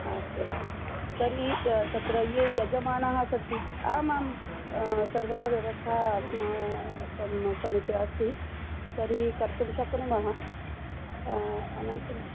अस्तु अस्तु तर्हि तत्र ये यजमानाः सन्ति आमां सर्वाः व्यवस्थाः अस्माकं समीपे अस्ति तर्हि कर्तुं शक्नुमः अनन्तरम्